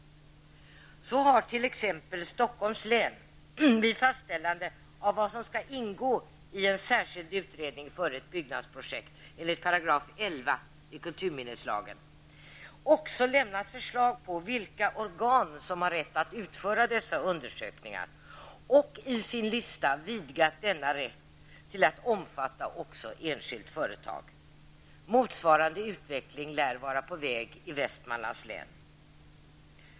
Så har t.ex. Stockholms län vid fastställande av vad som skall ingå i en särskild utredning före ett byggnadsprojekt enligt 11 § kulturminneslagen också lämnat förslag på vilka organ som har rätt att utföra dessa undersökningar och i sin lista vidgat denna rätt till att omfatta också enskilt företag. Motsvarande utveckling lär vara på väg i Västmanlands län.